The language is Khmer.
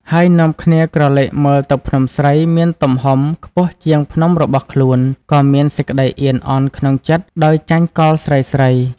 ហើយនាំគ្នាក្រឡកមើលទៅភ្នំស្រីមានទំហំខ្ពស់ជាងភ្នំរបស់ខ្លួន ក៏មានសេចក្តីអៀន អន់ក្នុងចិត្តដោយចាញ់កលស្រីៗ។